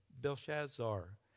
Belshazzar